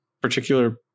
particular